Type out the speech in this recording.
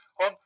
on